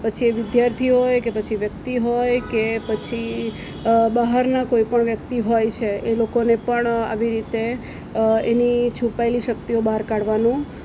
પછી વિદ્યાર્થીઓ હોય કે પછી વ્યક્તિ હોય કે પછી બહારનાં કોઈ પણ વ્યક્તિ હોય છે એ લોકોને પણ આવી રીતે એની છુપાયેલી શક્તિઓ બહાર કાઢવાનું